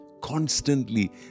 Constantly